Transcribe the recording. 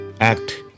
act